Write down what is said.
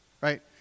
right